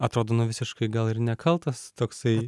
atrodo nu visiškai gal ir nekaltas toksai